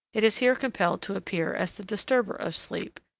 it is here compelled to appear as the disturber of sleep,